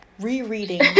rereading